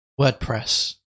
WordPress